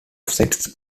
sets